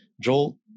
joel